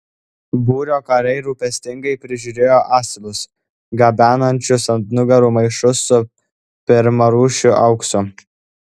būrio kariai rūpestingai prižiūrėjo asilus gabenančius ant nugarų maišus su pirmarūšiu auksu